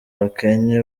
bakennye